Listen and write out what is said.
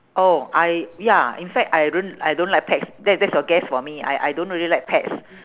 oh I ya in fact I don't I don't like pets that that's your guess for me I I don't really like pets